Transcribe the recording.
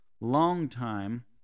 longtime